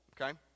okay